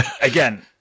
again